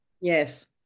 Yes